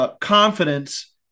confidence